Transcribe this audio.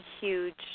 huge